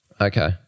Okay